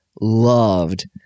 loved